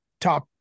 top